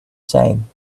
same